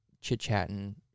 chit-chatting